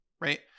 right